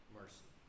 mercy